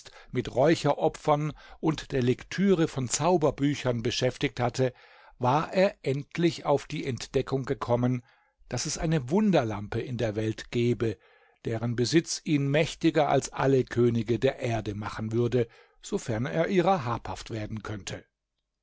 mit räucheropfern und der lektüre von zauberbüchern beschäftigt hatte war er endlich auf die entdeckung gekommen daß es eine wunderlampe in der welt gebe deren besitz ihn mächtiger als alle könige der erde machen würde sofern er ihrer habhaft werden könnte